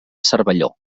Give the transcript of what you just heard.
cervelló